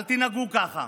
אל תנהגו ככה.